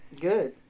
good